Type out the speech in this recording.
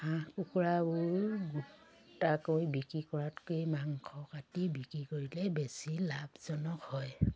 হাঁহ কুকুৰাবোৰ গোটাকৈ বিক্ৰী কৰাতকৈ মাংস কাটি বিক্ৰী কৰিলে বেছি লাভজনক হয়